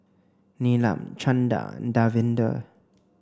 Neelam Chanda and Davinder